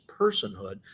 personhood